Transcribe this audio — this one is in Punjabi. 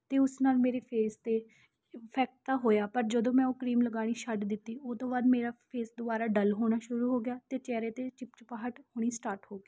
ਅਤੇ ਉਸ ਨਾਲ ਮੇਰੇ ਫੇਸ 'ਤੇ ਇਫੈਕਟ ਤਾਂ ਹੋਇਆ ਪਰ ਜਦੋਂ ਮੈਂ ਉਹ ਕਰੀਮ ਲਗਾਉਣੀ ਛੱਡ ਦਿੱਤੀ ਉਹ ਤੋਂ ਬਾਅਦ ਮੇਰਾ ਫੇਸ ਦੁਬਾਰਾ ਡੱਲ ਹੋਣਾ ਸ਼ੁਰੂ ਹੋ ਗਿਆ ਅਤੇ ਚਿਹਰੇ 'ਤੇ ਚਿਪਚਿਪਾਹਟ ਹੋਣੀ ਸਟਾਰਟ ਹੋ ਗਈ